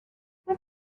what